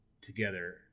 together